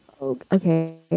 Okay